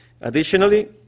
Additionally